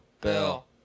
Bill